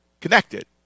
connected